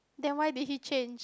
then why did he change